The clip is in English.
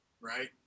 right